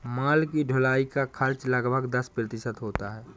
माल की ढुलाई का खर्च लगभग दस प्रतिशत होता है